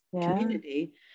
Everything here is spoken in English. community